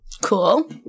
Cool